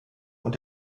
und